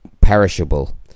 perishable